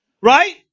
right